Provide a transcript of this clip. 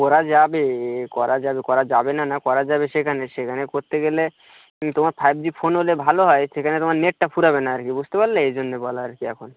করা যাবে করা যাবে করা যাবে না নয় করা যাবে সেখানে সেখানে করতে গেলে কিন্তু তোমার ফাইভ জি ফোন হলে ভালো হয় সেখানে তোমার নেটটা ফুরাবে না আর কি বুঝতে পারলে এই জন্য বলা আর কি এখন